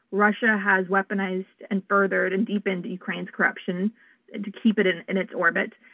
russia has weaponized and furthered and deepened ukraine's corruption to keep it in in its orbit.